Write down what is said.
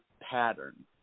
pattern